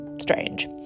strange